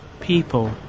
people